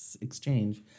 exchange